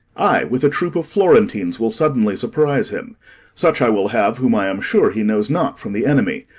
i with a troop of florentines will suddenly surprise him such i will have whom i am sure he knows not from the enemy.